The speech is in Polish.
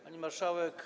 Pani Marszałek!